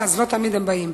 אז לא תמיד הם באים.